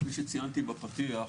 כפי שציינתי בפתיח,